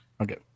Okay